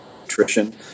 nutrition